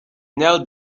knelt